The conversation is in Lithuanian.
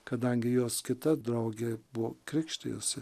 kadangi jos kita draugė buvo krikštijosi